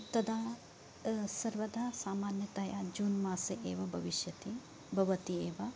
तदा सर्वदा सामान्यतया जून् मासे एव भविष्यति भवति एव